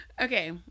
Okay